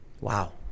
Wow